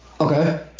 Okay